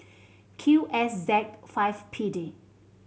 Q S Z five P D